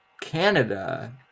Canada